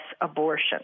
abortion